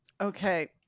okay